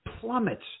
plummets